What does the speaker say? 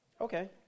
Okay